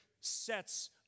sets